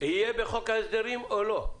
זה יהיה בחוק ההסדרים או לא?